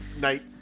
Night